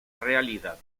realidad